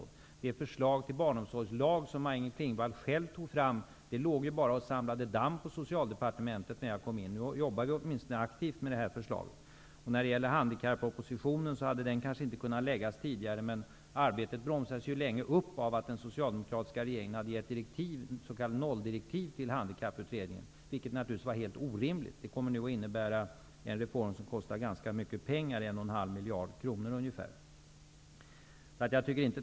Det förslag till barnomsorgslag som Maj-Inger Klingvall själv tog fram låg ju bara och samlade damm på Socialdepartementet när jag kom dit. Nu jobbar vi åtminstone aktivt med det här förslaget. Handikappropositionen hade kanske inte kunnat läggas fram tidigare. Men arbetet bromsades länge av att den socialdemokratiska regeringen hade gett s.k. nolldirektiv till Handikapputredningen, vilket naturligtvis var helt orimligt. Det kommer att innebära en reform som kostar ganska mycket pengar, ungefär en och en halv miljard kronor.